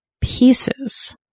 pieces